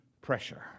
pressure